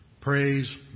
praise